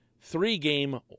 three-game